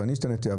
ואני השתניתי,